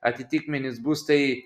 atitikmenys bus tai